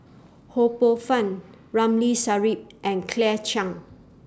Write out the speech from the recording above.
Ho Poh Fun Ramli Sarip and Claire Chiang